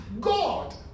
God